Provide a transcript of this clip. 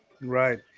Right